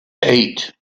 eight